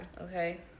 Okay